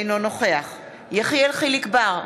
אינו נוכח יחיאל חיליק בר,